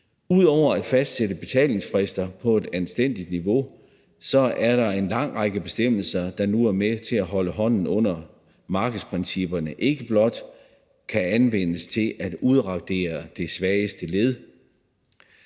Ud over at fastsætte betalingsfrister på et anstændigt niveau er der en lang række bestemmelser, der nu er med til at holde hånden under markedsprincipperne i forbindelse med at udradere det svageste led,